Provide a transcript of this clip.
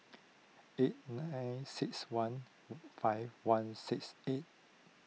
eight nine six one five one six eight